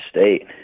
state